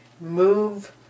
move